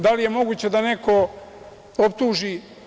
Da li je moguće da neko optuži…